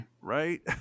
Right